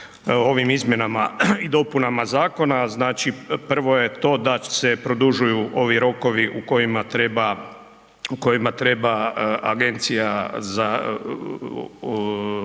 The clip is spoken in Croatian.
Ovim izmjenama i dopunama zakona, znači, prvo je to da se produžuju ovi rokovi u kojima treba agencija za,